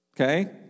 Okay